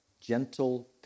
gentle